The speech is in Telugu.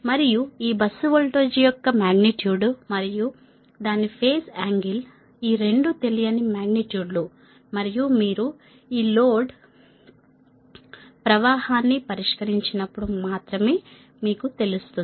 మరియు ఈ బస్సు వోల్టేజ్ యొక్క మాగ్నిట్యూడ్ మరియు దాని ఫేజ్ ఆంగిల్ ఈ రెండు తెలియని మాగ్నిట్యూడ్ లు మరియు మీరు ఈ లోడ్ ప్రవాహాన్ని పరిష్కరించినప్పుడు మాత్రమే మీకు తెలుస్తుంది